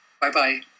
Bye-bye